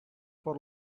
for